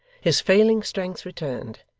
his failing strength returned,